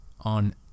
On